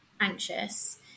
anxious